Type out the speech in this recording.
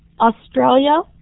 Australia